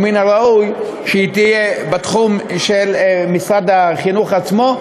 ומן הראוי שהיא תהיה בתחום של משרד החינוך עצמו,